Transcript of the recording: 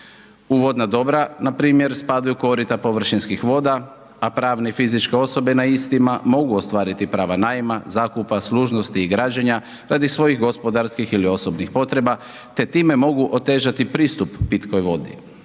U vodna dobra npr. spadaju korita površinskih voda a pravne i fizičke osobe na istima mogu ostvariti prava najma, zakupa, služnosti i građena radi svojih gospodarskih ili osobnih potreba te time mogu otežati pristup pitkoj vodi.